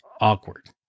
awkward